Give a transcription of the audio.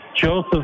Joseph